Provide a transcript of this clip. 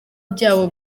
byabo